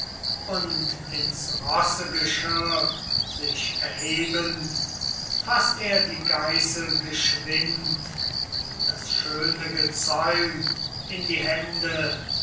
und ins rossegeschirr sich erhebend faßt er die geißel geschwind und das schöne gezäum in die hände